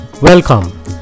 Welcome